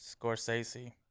Scorsese